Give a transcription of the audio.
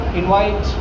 invite